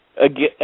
Again